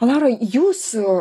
laura jūsų